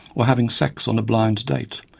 or having sex on a blind date,